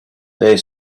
their